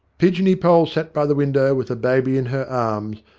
pigeony poll sat by the window with the baby in her arms,